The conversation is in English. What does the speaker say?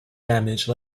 damage